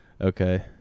Okay